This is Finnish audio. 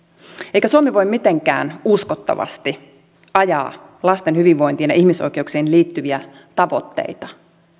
eikä suomi voi mitenkään uskottavasti ajaa lasten hyvinvointiin ja ihmisoikeuksiin liittyviä tavoitteita